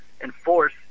enforce